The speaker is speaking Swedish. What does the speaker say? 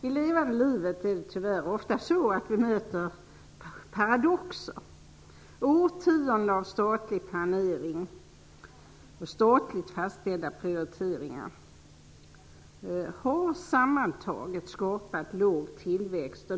I levande livet är det tyvärr ofta så att vi möter paradoxer: Årtionden av statlig planering och statligt fastställda prioriteringar har sammantaget skapat låg tillväxt.